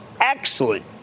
excellent